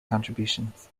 contributions